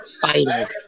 fighter